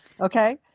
Okay